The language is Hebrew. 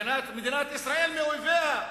הגנת מדינת ישראל מאויביה.